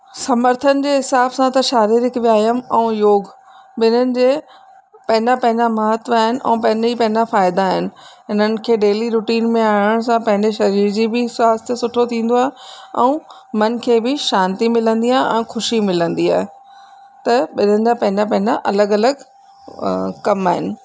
समर्थन जे हिसाब सां त शारीरिक व्यायाम ऐं योग ॿिन्हीनि जे पंहिंजा पंहिंजा महत्व आहिनि ऐं पंहिंजे ई पंहिंजा फ़ाइदा आहिनि हिननि जे डेली रूटिन में आणण सां पंहिंजे शरीर जी बि स्वास्थ्यु सुठो थींदो आहे ऐं मन खे बि शांती मिलंदी आहे ऐं ख़ुशी मिलंदी आहे त ॿिन्हीनि जा पंहिंजा पंहिंजा अलॻि अलॻि कम आहिनि